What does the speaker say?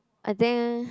I think